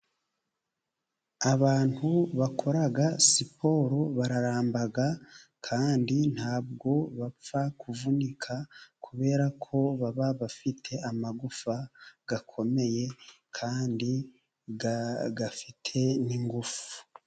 Abantu bakora siporo bararamba ,kandi ntabwo bapfa kuvunika, kubera ko baba bafite amagufa akomeye ,kandi afite n'ingufu.